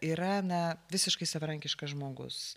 yra na visiškai savarankiškas žmogus